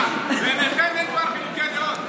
גברתי השרה, ביניכם אין כבר חילוקי דעות.